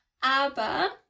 Aber